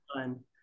fun